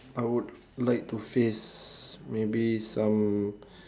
I would like to face maybe some